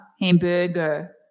Hamburger